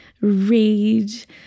rage